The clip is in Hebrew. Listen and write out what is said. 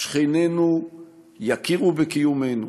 שכנינו יכירו בקיומנו